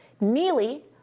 Neely